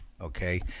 okay